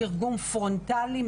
תרגום פרונטלי,